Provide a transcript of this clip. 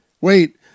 Wait